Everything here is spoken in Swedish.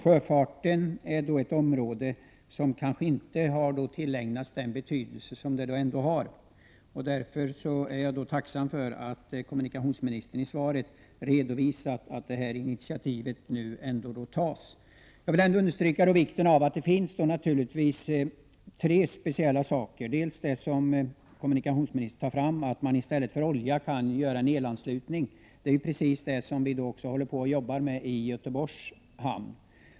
Sjöfarten är då ett område som kanske inte har ägnats den uppmärksamhet som den bör få. Därför är jag tacksam för att kommunikationsministern i svaret redovisat att det här initiativet nu tas. Jag vill ändå understryka att det i sammanhanget finns tre olika frågor som bör ägnas speciell uppmärksamhet. För det första är det, som kommunikationsministern sade, viktigt att fartyg vid kaj kan anslutas till elnätet för att slippa använda olja. Det är precis det som vi håller på att arbeta med i Göteborgs hamn.